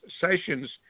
sessions